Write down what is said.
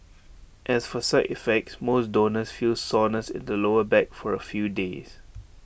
as for side effects most donors feel soreness in the lower back for A few days